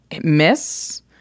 miss